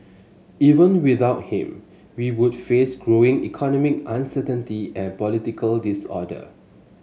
even without him we would face growing economic uncertainty and political disorder